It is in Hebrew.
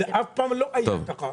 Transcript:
זה אף פעם לא היה ככה.